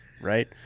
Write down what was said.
right